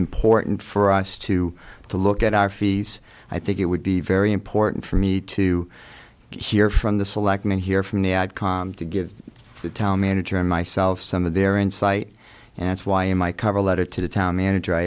important for us to to look at our fees i think it would be very important for me to hear from the selectmen hear from the ad com to give the town manager and myself some of their insight and that's why in my cover letter to the town manager i